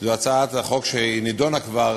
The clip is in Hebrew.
נדונה כבר